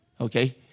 okay